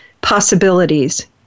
possibilities